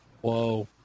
Whoa